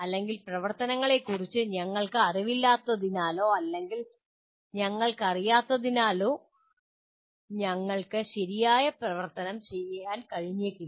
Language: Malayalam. അല്ലെങ്കിൽ ഈ പ്രവർത്തനങ്ങളെക്കുറിച്ച് ഞങ്ങൾക്ക് അറിവില്ലാത്തതിനാലോ അല്ലെങ്കിൽ ഞങ്ങൾക്കറിയാത്തതിനാലോ ഞങ്ങൾക്ക് ശരിയായി പ്രവർത്തനം ചെയ്യാൻ കഴിഞ്ഞേക്കില്ല